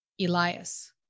Elias